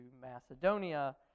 Macedonia